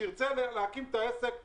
שירצה להקים את העסק מחדש,